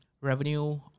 revenue